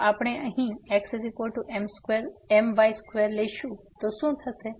તેથી જો આપણે અહીં xmy2 મૂકીશું તો શું થશે